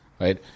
Right